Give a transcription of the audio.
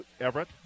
Everett